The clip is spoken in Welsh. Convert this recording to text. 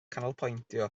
canolbwyntio